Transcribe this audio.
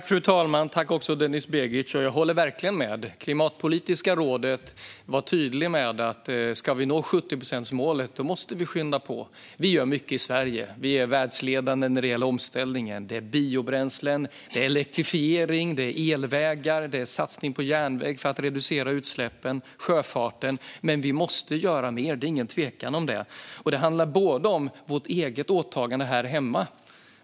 Fru talman och Denis Begic! Jag håller verkligen med. Klimatpolitiska rådet var tydligt med att ska vi nå 70-procentsmålet måste vi skynda på. Vi gör mycket i Sverige. Vi är världsledande när det gäller omställningen. Det är biobränslen. Det är elektrifiering. Det är elvägar. Det är satsning på järnväg och sjöfart för att reducera utsläppen. Men vi måste göra mer - det är ingen tvekan om det. Det handlar om vårt eget åtagande här hemma.